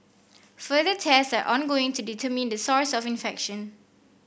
further test are ongoing to determine the source of infection